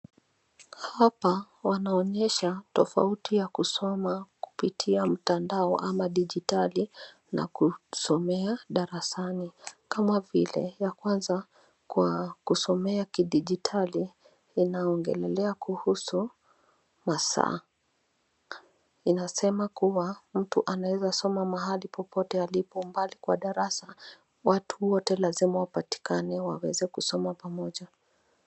Hapa wanaonyesha tofauti ya kusoma kupitia mtandao ama dijitali na kusomea darasani kama vile ya kwanza kwa kusomea kidijitali, inaongelea kuhusu masaa. Inasema kuwa mtu anaweza soma mahali popote alipo bali kwa darasa watu wote lazima wapatikane waweze kusoma pamoja.